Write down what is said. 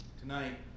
Tonight